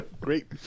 Great